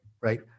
Right